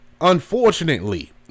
unfortunately